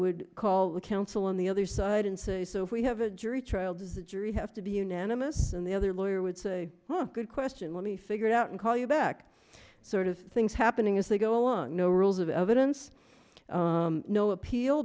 would call a council on the other side and say so if we have a jury trial does the jury have to be unanimous in the other lawyer would say oh good question let me figure it out and call you back sort of things happening as they go along no rules of evidence no appeal